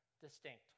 distinct